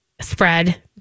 spread